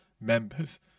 members